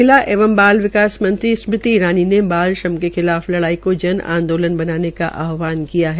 महिला एवं बाल विकास मंत्री स्मृति ईरानी ने बाल श्रम के खिलाफ लड़ाई को जन आंदोलन बनाने का आहवान किया है